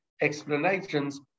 explanations